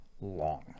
long